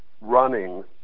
running